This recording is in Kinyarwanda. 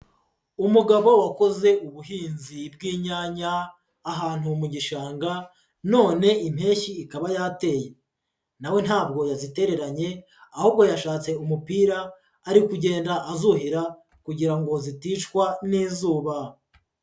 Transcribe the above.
Umugabo wakoze ubuhinzi bw'inyanya ahantu mu gishanga none impeshyi ikaba yateye, na we ntabwo yazitereranye ahubwo yashatse umupira ari kugenda azuhira kugira ngo ziticwa n'izuba.